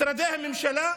משרדי הממשלה,